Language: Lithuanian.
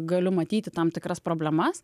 galiu matyti tam tikras problemas